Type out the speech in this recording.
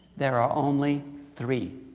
there are only three.